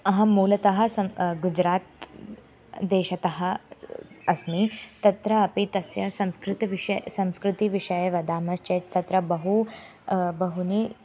अहं मूलतः सं गुजरात् देशतः अस्मि तत्र अपि तस्य संस्कृतविषये संस्कृतिविषये वदामश्चेत् तत्र बहु बहुनि